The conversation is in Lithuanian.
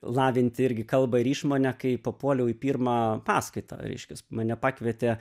lavinti irgi kalbą ir išmonę kai papuoliau į pirmą paskaitą reiškias mane pakvietė